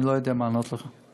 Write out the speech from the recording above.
אני לא יודע מה לענות לך.